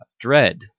Dread